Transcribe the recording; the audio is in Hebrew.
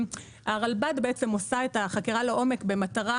הרלב"ד בעצם עושה את החקירה לעומק במטרה